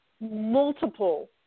multiple